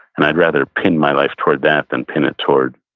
and i'd rather pin my life toward that than pin toward